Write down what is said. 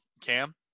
Cam